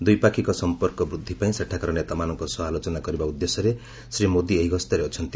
ଦ୍ୱିପାକ୍ଷିକ ସଂପର୍କ ବୃଦ୍ଧି ପାଇଁ ସେଠାକାର ନେତାମାନଙ୍କ ସହ ଆଲୋଚନା କରିବା ଉଦ୍ଦେଶ୍ୟରେ ଶ୍ରୀ ମୋଦି ଏହି ଗସ୍ତରେ ଅଛନ୍ତି